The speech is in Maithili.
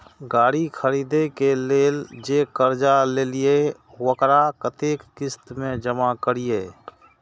गाड़ी खरदे के लेल जे कर्जा लेलिए वकरा कतेक किस्त में जमा करिए?